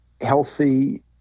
healthy